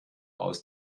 aus